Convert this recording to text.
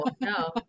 no